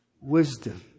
Wisdom